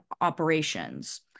operations